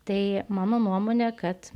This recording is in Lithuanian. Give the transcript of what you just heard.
tai mano nuomone kad